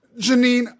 Janine